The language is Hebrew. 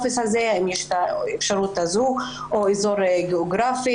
לפי אזור גיאוגרפי?